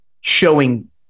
showing